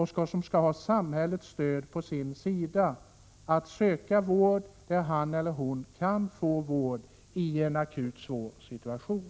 Han skall ha samhällets stöd för att kunna söka vård där han kan få sådan i en akut, svår situation.